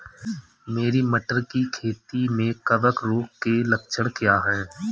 मेरी मटर की खेती में कवक रोग के लक्षण क्या हैं?